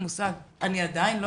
אני עדיין לא יודעת.